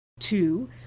Two